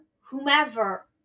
whomever